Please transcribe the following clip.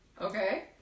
Okay